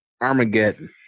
Armageddon